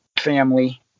family